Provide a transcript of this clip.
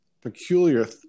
peculiar